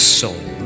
soul